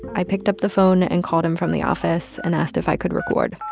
i picked up the phone and called him from the office and asked if i could record